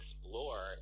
explore